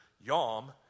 yom